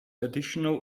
additional